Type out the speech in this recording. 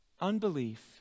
Unbelief